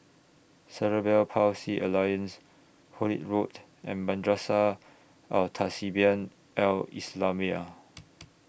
Cerebral Palsy Alliance Hullet Road and Madrasah Al Tahzibiah Al Islamiah